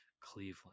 Cleveland